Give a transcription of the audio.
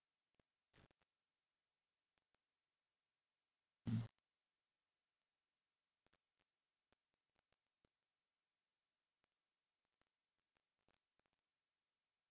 mm